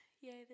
Yay